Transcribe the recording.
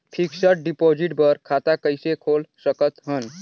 Fixed deposit बर खाता कइसे खोल सकत हन?